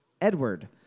Edward